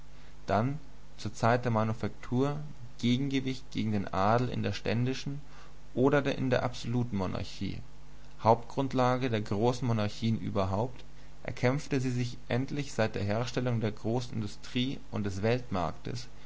dann zur zeit der manufaktur gegengewicht gegen den adel in der ständischen oder in der absoluten monarchie hauptgrundlage der großen monarchien überhaupt erkämpfte sie sich endlich seit der herstellung der großen industrie und des